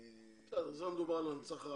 בסדר, זה מדובר על הנצחה.